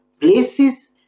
places